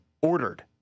ordered